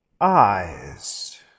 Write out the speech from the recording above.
eyes